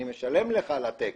אני משלם לך על התקן."